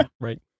right